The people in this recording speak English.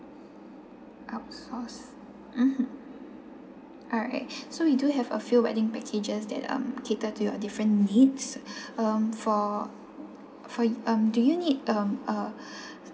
mmhmm alright so we do have a few wedding packages that um cater to your different needs um for for yo~ um do you need um uh